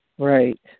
Right